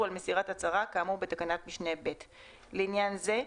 על מסירת הצהרה כאמור בתקנת משנה (ב); לעניין זה,